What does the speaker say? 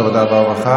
ועדת העבודה והרווחה?